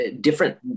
different